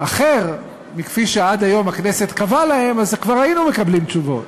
אחר מכפי שעד היום הכנסת קבעה להם אז כבר היינו מקבלים תשובות,